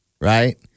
right